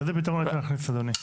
איזה פתרון להכניס אדוני?